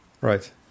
Right